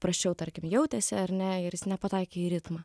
prasčiau tarkim jautėsi ar ne ir jis nepataikė į ritmą